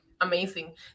amazing